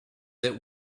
that